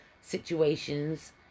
situations